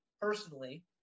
personally